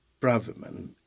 Braverman